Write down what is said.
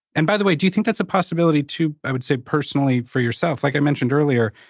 and by the way, do you think that's a possibility, too, i would say personally for yourself? like i mentioned earlier,